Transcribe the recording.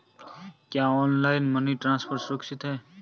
क्या online money transfer सुरक्षित है?